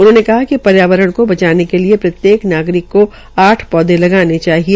उन्होंने कहा कि पर्यावरण को बचाने के लिये प्रत्येक नागरिक को आठ पौधे लगाने चाहिए